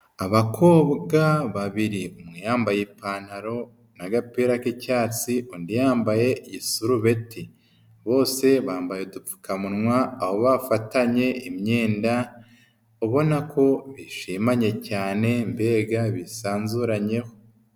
Abakobwa babiri, umwe yambaye ipantaro n'agapira k'icyatsi undi yambaye isurubeti, bose bambaye udupfukamunwa, aho bafatanye imyenda, ubona ko ishimanye cyane, mbega bisanzuranyeho.